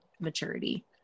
maturity